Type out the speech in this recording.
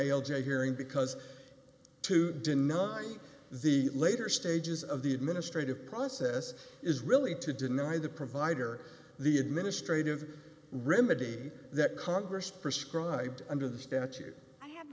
a hearing because to deny the later stages of the administrative process is really to deny the provider the administrative remedy that congress prescribed